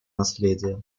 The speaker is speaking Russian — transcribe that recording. наследие